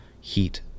heat